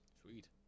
Sweet